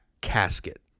casket